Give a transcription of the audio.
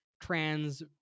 trans